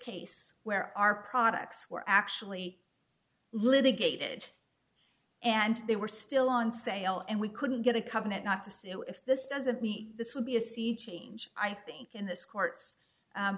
case where our products were actually litigated and they were still on sale and we couldn't get a covenant not to sue if this doesn't meet this would be a sea change i think in this court